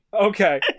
Okay